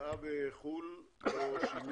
השקעה בחו"ל או שינוי?